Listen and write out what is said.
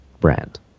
brand